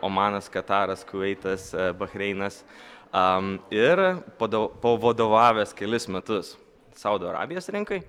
omanas kataras kuveitas bahreinasam ir pado pavadovavęs kelis metus saudo arabijos rinkai